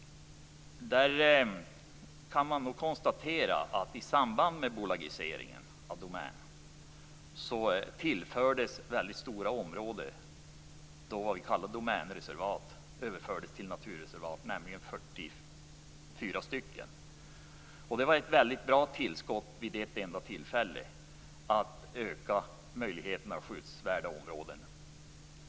Där kan man konstatera att i samband med bolagiseringen av Domänverket överfördes väldigt stora områden, vad vi då kallade Domänreservat, till naturreservat. Det var 44 stycken. Det var ett väldigt bra tillskott vid ett enda tillfälle för att öka skyddsvärda områden.